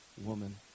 Woman